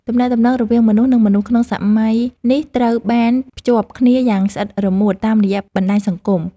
ទំនាក់ទំនងរវាងមនុស្ស និងមនុស្សក្នុងសម័យនេះត្រូវបានភ្ជាប់គ្នាយ៉ាងស្អិតរមួតតាមរយៈបណ្តាញសង្គម។